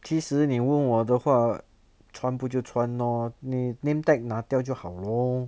其实你问我的话穿不就穿 lor 你 name tag 拿掉不就好 lor